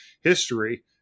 history